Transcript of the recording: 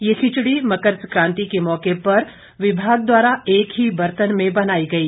ये खिचड़ी मकर सक्रांति के मौके पर विभाग द्वारा एक ही बर्तन में बनाई गई